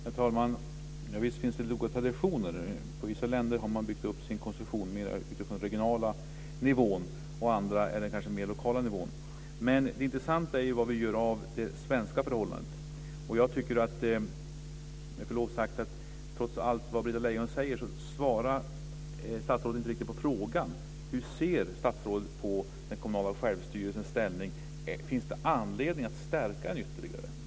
Herr talman! Visst finns det lokala traditioner. I vissa länder har man byggt upp sin konstruktion mera utifrån den regionala nivån, och andra kanske mer från den lokala nivån. Men det intressanta är vad vi gör av det svenska förhållandet. Jag tycker, med förlov sagt, att trots allt vad Britta Lejon säger svarar hon inte riktigt på frågan hur statsrådet ser på den kommunala självstyrelsens ställning. Finns det anledning att stärka den ytterligare?